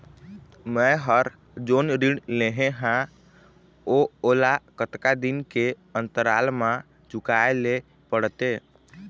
मैं हर जोन ऋण लेहे हाओ ओला कतका दिन के अंतराल मा चुकाए ले पड़ते?